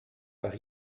par